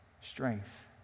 strength